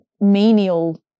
menial